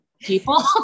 people